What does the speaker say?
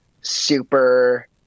super